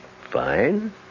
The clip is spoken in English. Fine